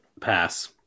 Pass